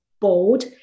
bold